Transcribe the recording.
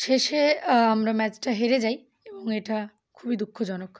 শেষে আমরা ম্যাচটা হেরে যাই এবং এটা খুবই দুঃখজনক